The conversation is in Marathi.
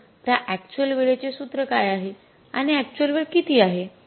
तर त्या अक्चुअल वेळेचे सूत्र काय आहे आणि अक्चुअल वेळ किती आहे